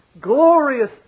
glorious